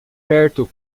perto